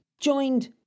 joined